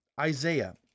Isaiah